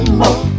more